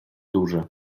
duży